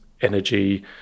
energy